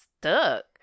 stuck